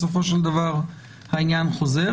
בסופו של דבר העניין חוזר.